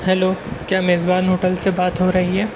hello کیا میزبان hotel سے بات ہو رہی ہے